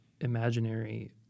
imaginary